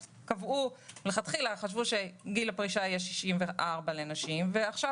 מלכתחילה חשבו שגיל הפרישה יהיה 64 לנשים ועכשיו